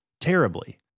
terribly